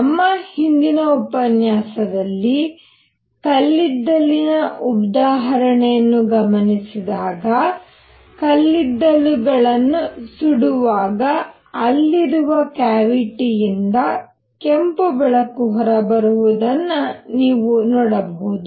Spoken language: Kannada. ನಮ್ಮ ಹಿಂದಿನ ಉಪನ್ಯಾಸದಲ್ಲಿ ಕಲ್ಲಿದ್ದಲಿನ ಉದಾಹರಣೆಯನ್ನು ಗಮನಿಸಿದಾಗ ಕಲ್ಲಿದ್ದಲುಗಳನ್ನು ಸುಡುವಾಗ ಅಲ್ಲಿರುವ ಕ್ಯಾವಿಟಿಯಿಂದ ಕೆಂಪು ಬೆಳಕು ಹೊರಬರುವುದನ್ನು ನೀವು ನೋಡಬಹುದು